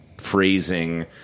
phrasing